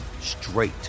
straight